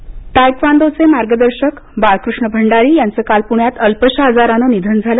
भंडारी निधन तायक्वांदो मार्गदर्शक बाळकृष्ण भंडारी यांचं काल पुण्यात अल्पशा आजाराने निधन झाले